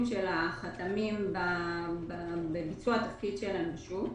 של החתמים בביצוע התפקיד שלהם בשוק.